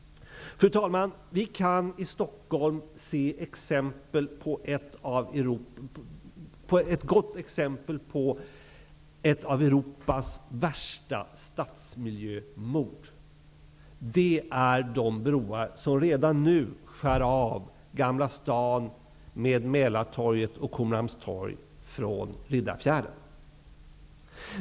Fru talman! Vi kan i Stockholm se ett gott exempel på ett av Europas värsta stadsmiljömord. Det är de broar som redan nu skär av Gamla stan med Riddarfjärden.